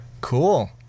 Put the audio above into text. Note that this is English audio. Cool